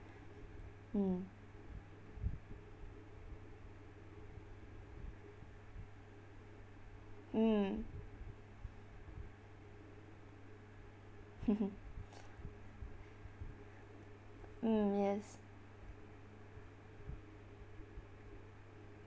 mm mm mm yes